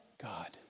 God